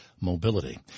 mobility